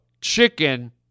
chicken